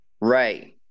Right